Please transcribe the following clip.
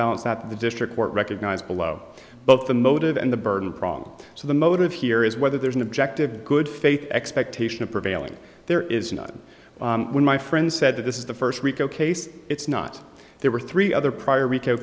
counterbalance that the district court recognized below both the motive and the burden prong so the motive here is whether there's an objective good faith expectation of prevailing there is not when my friend said that this is the first rico case it's not there were three other prior rico